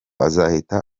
azahita